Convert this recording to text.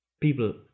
People